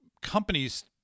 companies